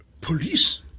police